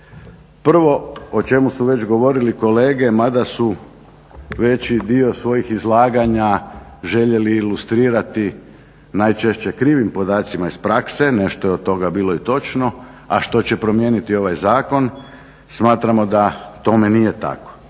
Prvo o čemu su već govorili kolege mada su veći dio svojih izlaganja željeli ilustrirati najčešće krivim podacima iz prakse, nešto je od toga bilo i točno, a što će promijeniti ovaj zakon, smatramo da je tome nije tako.